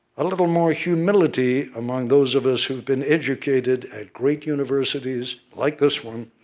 a little more humility, among those of us who have been educated at great universities, like this one,